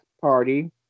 Party